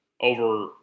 over